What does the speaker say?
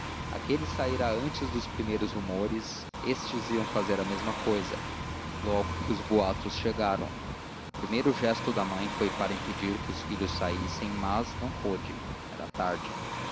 aquele saíra antes dos primeiros rumores estes iam fazer a mesma cousa logo que os boatos chegaram o primeiro gesto da mãe foi para impedir que os filhos saíssem mas não pôde era tarde